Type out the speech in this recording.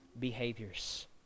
behaviors